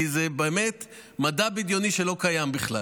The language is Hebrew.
כי זה באמת מדע בדיוני שלא קיים בכלל.